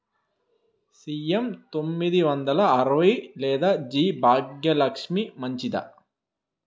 CM తొమ్మిది వందల అరవై లేదా జి భాగ్యలక్ష్మి మంచిదా?